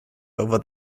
over